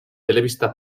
telebista